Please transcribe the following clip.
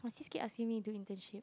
my sis keep asking me do internship